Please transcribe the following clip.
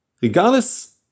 Regardless